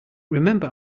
remember